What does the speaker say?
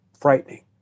frightening